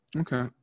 okay